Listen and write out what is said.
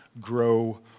grow